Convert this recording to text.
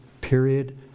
period